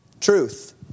truth